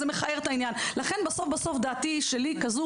זה מכער את העניין .בסוף בסוף דעתי שלי היא כזו